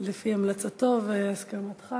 לפי המלצתו והסכמתך